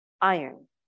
iron